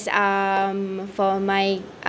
um for my